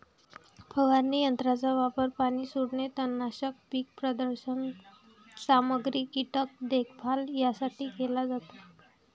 फवारणी यंत्राचा वापर पाणी सोडणे, तणनाशक, पीक प्रदर्शन सामग्री, कीटक देखभाल यासाठी केला जातो